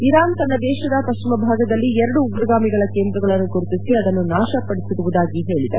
Iran ತನ್ನ ದೇಶದ ಪಶ್ಚಿಮ ಭಾಗದಲ್ಲಿ ಎರಡು ಉಗ್ರಗಾಮಿಗಳ ಕೇಂದ್ರಗಳನ್ನು ಗುರುತಿಸಿ ಅದನ್ನು ನಾಶಪಡಿಸಿರುವುದಾಗಿ ಹೇಳಿದೆ